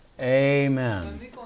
Amen